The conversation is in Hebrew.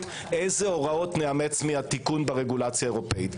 אילו הוראות נאמץ מהתיקון ברגולציה האירופאית.